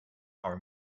our